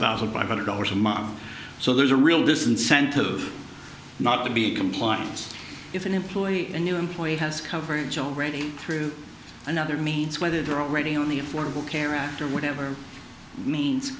thousand five hundred dollars a month so there's a real disincentive not to be compliance if an employee a new employee has coverage already through another means whether they're already on the will care after whatever means